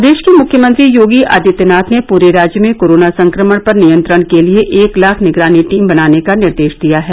प्रदेश के मुख्यमंत्री योगी आदित्यनाथ ने पूरे राज्य में कोरोना संक्रमण पर नियंत्रण के लिए एक लाख निगरानी टीम बनाने का निर्देश दिया है